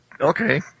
Okay